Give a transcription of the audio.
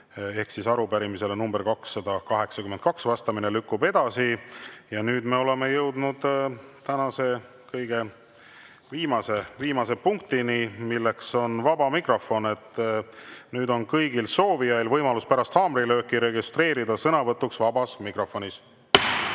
ehk arupärimisele nr 282 vastamine lükkub edasi. Ja nüüd me oleme jõudnud tänase kõige viimase punktini, milleks on vaba mikrofon. Nüüd on kõigil soovijail võimalus pärast haamrilööki registreerida sõnavõtuks vabas mikrofonis. Kõnesoove